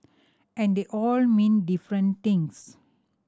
and they all mean different things